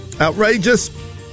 Outrageous